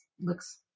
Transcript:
looks